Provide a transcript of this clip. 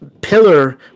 Pillar